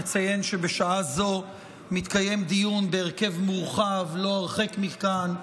נציין שבשעה זו מתקיים דיון בהרכב מורחב לא הרחק מכאן,